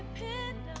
pick